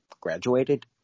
graduated